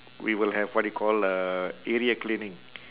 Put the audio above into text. we will have what you call a area cleaning